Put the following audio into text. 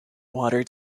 water